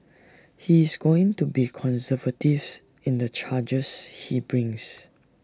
he is going to be conservatives in the charges he brings